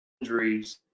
injuries